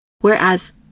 whereas